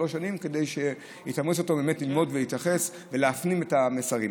כדי לתמרץ אותו ללמוד ולהפנים את המסרים.